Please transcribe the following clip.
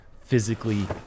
physically